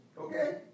Okay